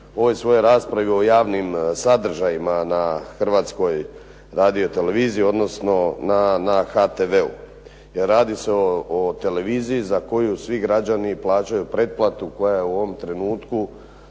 ovoj svojoj raspravi, o javnim sadržajima na Hrvatskoj radioteleviziji, odnosno na HTV-u jer radi se o televiziji za koju svi građani plaćaju pretplatu koja je u ovom trenutku